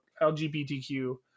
LGBTQ